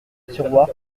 tiroir